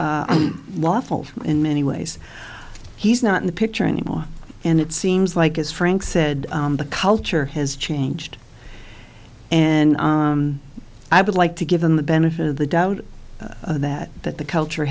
lawful in many ways he's not in the picture anymore and it seems like as frank said the culture has changed and i would like to give them the benefit of the doubt that that the culture